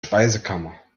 speisekammer